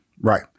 Right